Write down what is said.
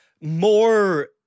more